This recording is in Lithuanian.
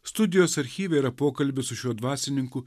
studijos archyve yra pokalbis su šiuo dvasininku